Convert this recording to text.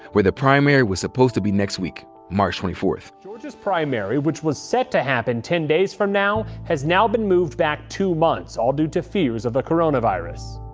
where the primary was supposed to be next week, march twenty fourth. georgia's primary, which was set to happen ten days from now, has now been moved back two months, all due to fears of the coronavirus.